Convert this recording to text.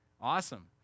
Awesome